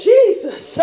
Jesus